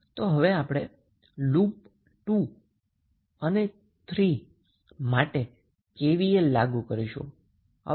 હવે કરન્ટની દિશા વોલ્ટેજની પોલારીટીની વિરુધ્ધ હોવાથી શું થશે